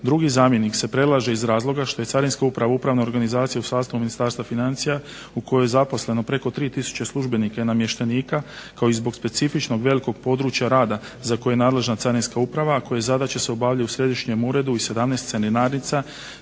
Drugi zamjenik se predlaže iz razloga što je Carinska uprava upravna organizacija u sastavu Ministarstva financija u kojoj je zaposleno preko 3 tisuće službenika i namještenika kao i zbog specifičnog velikog područja rada za koji je nadležna Carinska uprava, a koje zadaće se obavljaju u središnjem uredu i 17 carinarnica,